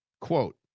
Quote